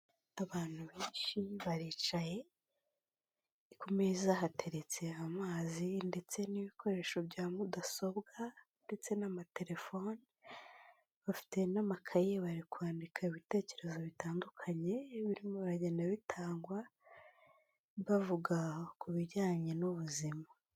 Abantu benshi baricaye, ku meza hateretse amazi ndetse n'ibikoresho bya mudasobwa ndetse n'amatelefoni, bafite n'amakaye bari kwandika ibitekerezo bitandukanye birimo biragenda bitangwa, bavuga ku bijyanye n'ubuzima.